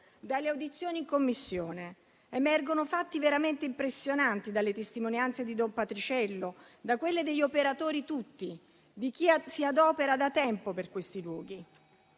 dalle audizioni in Commissione. Emergono fatti veramente impressionanti dalle testimonianze di don Patriciello e da quelle degli operatori tutti, di chi si adopera da tempo per questi luoghi.